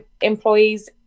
employees